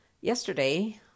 Yesterday